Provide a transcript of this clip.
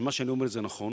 מה שאני אומר זה נכון,